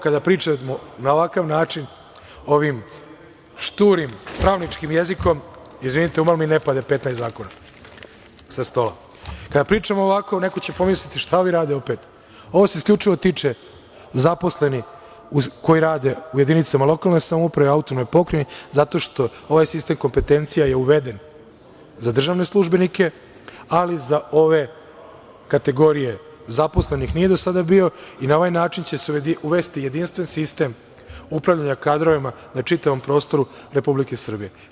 Kada pričamo na ovakav način ovim šturim pravničkim jezikom, neko će pomisliti šta ovi rade opet. ovo se isključivo tiče zaposlenih koji rade u jedinicama lokalne samouprave, autonomnoj pokrajini zato što ovaj sistem kompetencija je uveden za državne službenike, ali za ove kategorije zaposlenih nije do sada bio i na ovaj način će se uvesti jedinstven sistem upravljanja kadrovima na čitavom prostoru Republike Srbije.